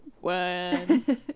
one